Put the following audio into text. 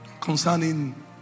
concerning